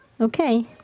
okay